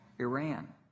Iran